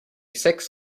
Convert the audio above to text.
six